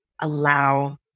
allow